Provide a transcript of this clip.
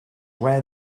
where